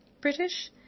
british